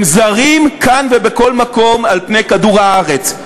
הם זרים כאן ובכל מקום על פני כדור-הארץ.